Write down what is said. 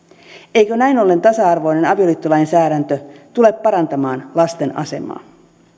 eikö näin ollen tasa arvoinen avioliittolainsäädäntö tule parantamaan lasten asemaa